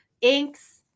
inks